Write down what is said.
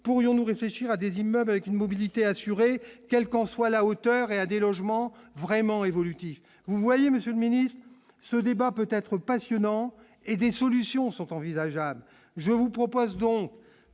pourrions-nous réfléchir à des immeubles avec une mobilité assurer quel qu'en soit la hauteur et à des logements vraiment évolutif, vous voyez, Monsieur le Ministre, ce débat peut être passionnant et des solutions sont envisageables, je vous propose donc